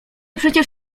przecież